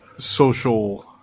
social